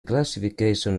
classification